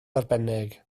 arbennig